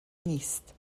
نیست